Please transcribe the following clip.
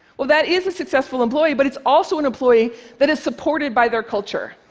well, that is a successful employee, but it's also an employee that is supported by their culture.